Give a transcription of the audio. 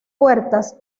puertas